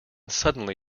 suddenly